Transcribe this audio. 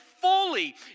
fully